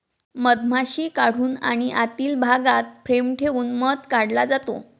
मधमाशी काढून आणि आतील भागात फ्रेम ठेवून मध काढला जातो